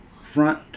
front